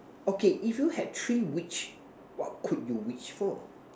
okay if you had three wish what could you wish for